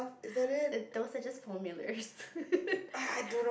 those are just formulas